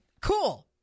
Cool